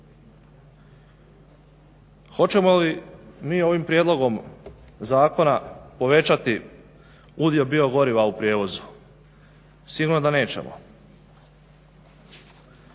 Hoćemo li mi ovim prijedlogom zakona povećati udio biogoriva u prijevozu? Sigurno da nećemo.